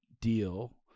deal